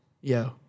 Yo